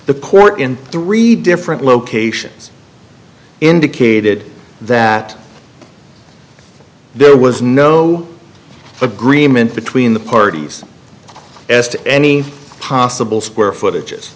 the court in three different locations indicated that there was no agreement between the parties as to any possible square footage is